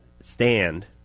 stand